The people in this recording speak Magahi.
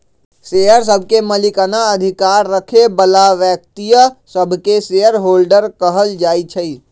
शेयर सभके मलिकना अधिकार रखे बला व्यक्तिय सभके शेयर होल्डर कहल जाइ छइ